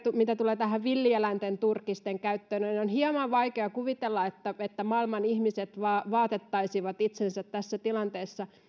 mitä tulee tähän villieläinten turkisten käyttöön on hieman vaikea kuvitella että maailman ihmiset vaatettaisivat itsensä tässä tilanteessa